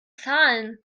zahlen